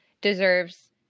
deserves